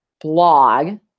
blog